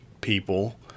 people